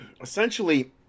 essentially